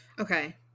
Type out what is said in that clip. Okay